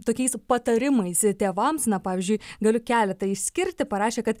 tokiais patarimais tėvams na pavyzdžiui galiu keletą išskirti parašė kad